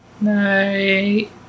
Night